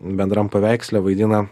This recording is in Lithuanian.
bendram paveiksle vaidina